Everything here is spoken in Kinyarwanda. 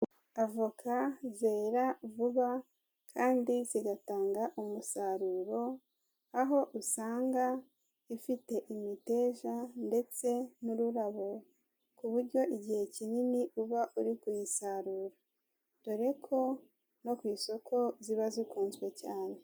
Avoka zera vuba kandi zigatanga umusaruro aho usanga ifite imideja ndetse n'ururabo ku buryo igihe kinini uba uri kuyisarura, dore ko no ku isoko ziba zikunzwe cyane.